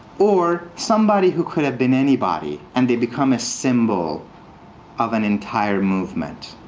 or somebody who could have been anybody. and they become a symbol of an entire movement.